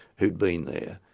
who'd been there,